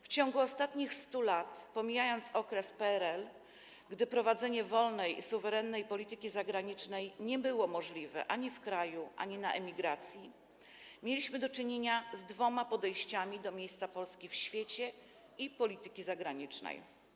W ciągu ostatnich 100 lat - pomijając okres PRL, gdy prowadzenie wolnej i suwerennej polityki zagranicznej nie było możliwe ani w kraju, ani na emigracji - mieliśmy do czynienia z dwoma podejściami do miejsca Polski w świecie i polityki zagranicznej.